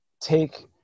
take